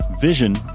Vision